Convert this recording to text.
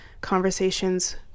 conversations